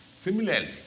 Similarly